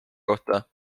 kohta